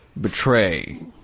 betray